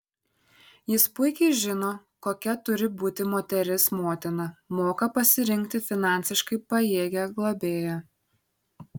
jis puikiai žino kokia turi būti moteris motina moka pasirinkti finansiškai pajėgią globėją